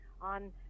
on